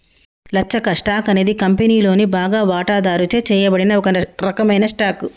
లచ్చక్క, stock అనేది కంపెనీలోని బాగా వాటాదారుచే చేయబడిన ఒక రకమైన స్టాక్